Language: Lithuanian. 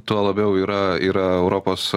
tuo labiau yra yra europos